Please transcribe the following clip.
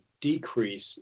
decrease